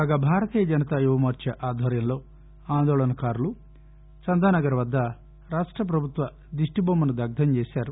కాగా భారతీయ జనతా యువమోర్చా ఆధ్వర్యంలో ఆందోళన కారులు చందానగర్ వద్ద రాష్ట పభుత్వ దిష్టిబొమ్మను దగ్దం చేశారు